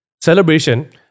celebration